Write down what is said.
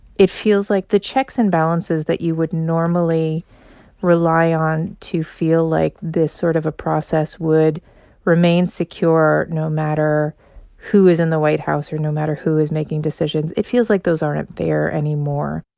it feels like the checks and balances that you would normally rely on to feel like this sort of a process would remain secure no matter who is in the white house or no matter who is making decisions, it feels like those aren't there anymore